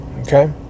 okay